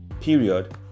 period